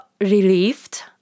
relieved